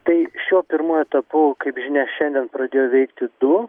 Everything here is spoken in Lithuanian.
tai šiuo pirmuoju etapu kaip žinia šiandien pradėjo veikti du